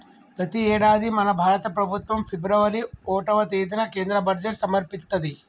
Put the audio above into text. ప్రతి యేడాది మన భారత ప్రభుత్వం ఫిబ్రవరి ఓటవ తేదిన కేంద్ర బడ్జెట్ సమర్పిత్తది